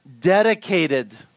dedicated